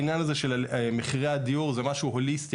העניין הזה של מחירי הדיור זה משהו הוליסטי